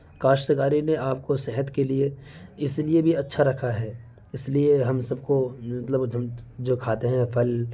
کاشتکاری نے آپ کو صحت کے لیے اس لیے بھی اچّھا رکھا ہے اس لیے ہم سب کو مطلب جو کھاتے ہیں پھل